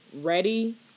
ready